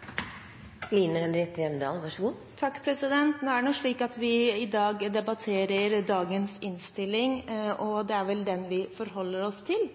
at den formuleringa frå 2014 ikkje lenger er gjeldande? Nå er det slik at vi i dag debatterer dagens innstilling, og det er den vi forholder oss til.